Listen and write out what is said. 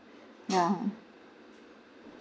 ya